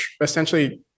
essentially